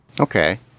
Okay